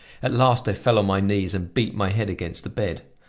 at last i fell on my knees and beat my head against the bed.